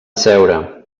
seure